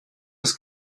das